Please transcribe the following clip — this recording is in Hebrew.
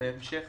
בהמשך